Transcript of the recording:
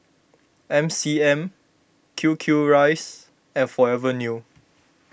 M C M Q Q Rice and Forever New